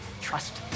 Trust